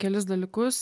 kelis dalykus